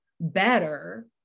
better